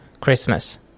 Christmas